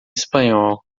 espanhol